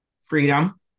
Freedom